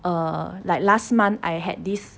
err like last month I had this